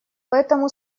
поэтому